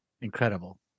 Incredible